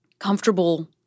comfortable